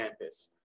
campus